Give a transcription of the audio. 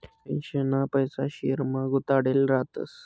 पेन्शनना पैसा शेयरमा गुताडेल रातस